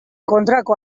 kontrako